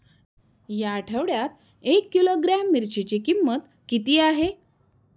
या आठवड्यात एक किलोग्रॅम मिरचीची किंमत किती आहे?